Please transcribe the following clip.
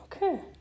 Okay